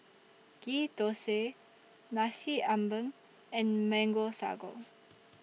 Ghee Thosai Nasi Ambeng and Mango Sago